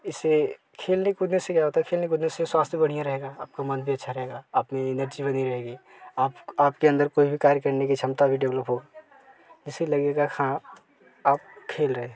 इसे खेलने कूदने से क्या होता है खेलने कूदने से स्वास्थ्य भी बढ़िया रहेगा आपको मन भी अच्छा रहेगा अपनी एनर्जी बनी रहेगी आप आपके अंदर कोई कार्य करने की क्षमता भी डेवलप हो जैसे लगेगा हाँ आप खेल रहे